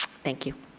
thank you.